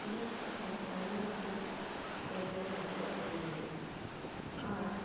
ᱟᱭᱢᱟ ᱨᱚᱠᱚᱢ ᱟᱭᱢᱟ ᱨᱚᱠᱚᱢ ᱪᱮᱬᱮᱠᱚ ᱦᱤᱡᱩᱜᱼᱟ ᱫᱤᱱᱟᱹᱢ ᱜᱮ ᱟᱨ